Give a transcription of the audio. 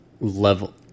Level